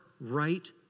right